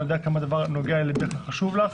אני יודע כמה הדבר נוגע לליבך וחשוב לך.